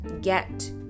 get